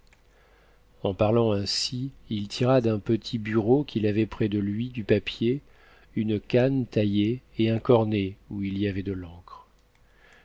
en parlant ainsi il tira d'un petit bureau qu'il avait près de lui du papier une canne taillée et un cornet où il y avait de l'encre